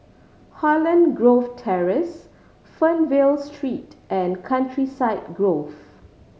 Holland Grove Terrace Fernvale Street and Countryside Grove